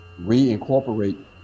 reincorporate